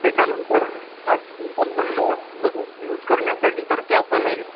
त्याच्यानंतर साधी सिम्पल म्हणलं दररोज यूज करण्यासाठी तर त्या पण आहेत